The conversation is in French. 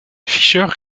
fischer